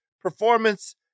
performance